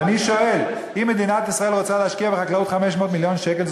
ואני שואל: אם מדינת ישראל רוצה להשקיע בחקלאות 500 מיליון שקל,